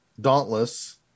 dauntless